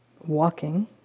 walking